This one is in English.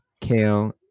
kale